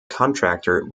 contractor